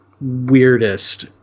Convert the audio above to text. weirdest